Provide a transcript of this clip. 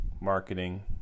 marketing